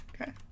Okay